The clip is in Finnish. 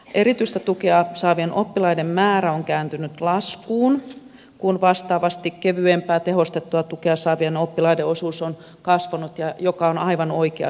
erityistä tukea saavien oppilaiden määrä on kääntynyt laskuun kun vastaavasti kevyempää tehostettua tukea saavien oppilaiden osuus on kasvanut mikä on aivan oikea suuntaus